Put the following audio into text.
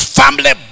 family